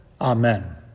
amen